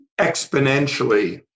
exponentially